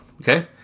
okay